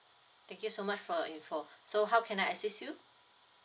thank you so much for your information so how can I assist you